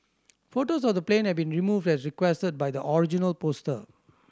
photos of the plane have been removed as requested by the original poster